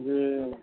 जी